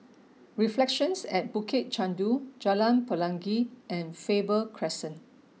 reflections at Bukit Chandu Jalan Pelangi and Faber Crescent